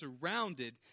surrounded